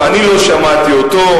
אני לא שמעתי אותו.